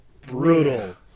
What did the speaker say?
brutal